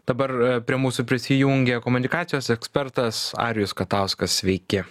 dabar prie mūsų prisijungė komunikacijos ekspertas arijus katauskas sveiki